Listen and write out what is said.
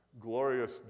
glorious